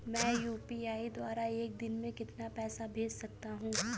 मैं यू.पी.आई द्वारा एक दिन में कितना पैसा भेज सकता हूँ?